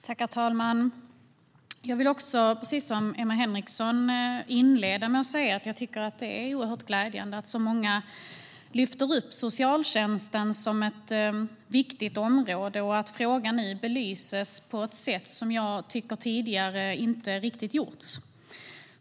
Herr talman! Precis som Emma Henriksson vill jag inleda med att säga att jag tycker att det är oerhört glädjande att så många lyfter upp socialtjänsten som ett viktigt område och att frågan nu belyses på ett sätt som tidigare inte riktigt har gjorts.